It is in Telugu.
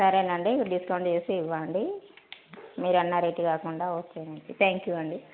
సరేనండి డిస్కౌంట్ చేసి ఇవ్వండి మీరన్న రేటు కాకుండా ఓకేనండి త్యాంక్ యూ అండి